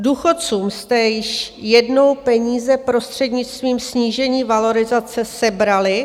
Důchodcům jste již jednou peníze prostřednictvím snížení valorizace sebrali.